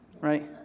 right